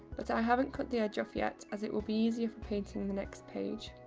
but i haven't cut the edge off yet as it will be easier for painting the next page.